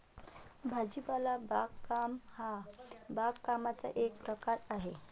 भाजीपाला बागकाम हा बागकामाचा एक प्रकार आहे